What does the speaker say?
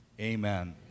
Amen